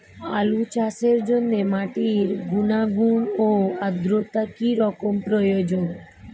আলু চাষের জন্য মাটির গুণাগুণ ও আদ্রতা কী রকম প্রয়োজন?